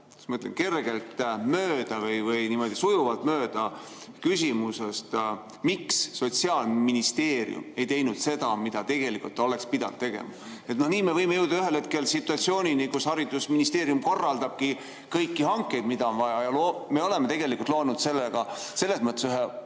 ma ütlen, kergelt mööda või niimoodi sujuvalt mööda küsimusest, miks Sotsiaalministeerium ei teinud seda, mida tegelikult oleks pidanud tegema. Ja nii me võime jõuda ühel hetkel situatsioonini, kus haridusministeerium korraldabki kõiki hankeid, mida on vaja. Me oleme loonud sellega ühe